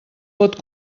pot